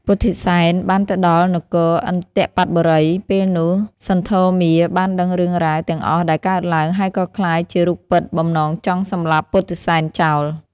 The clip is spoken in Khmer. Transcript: ពុទ្ធិសែនបានទៅដល់នគរឥន្ទបត្តបុរី ពេលនោះសន្ធមារបានដឹងរឿងរ៉ាវទាំងអស់ដែលកើតឡើង ហើយក៏ក្លាយជារូបពិតបំណងចង់សម្លាប់ពុទ្ធិសែនចោល។